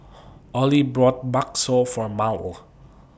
Ollie bought Bakso For Mal